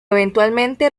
eventualmente